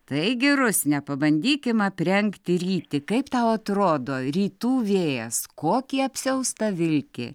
taigi rusne pabandykim aprengti rytį kaip tau atrodo rytų vėjas kokį apsiaustą vilki